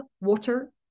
water